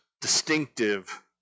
distinctive